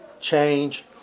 change